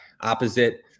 opposite